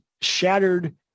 shattered